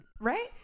Right